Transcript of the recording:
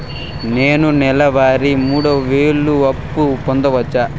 నేను నెల వారి మూడు వేలు అప్పు పొందవచ్చా?